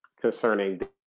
concerning